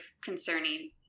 concerning